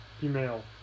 female